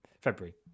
February